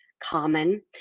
common